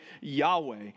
Yahweh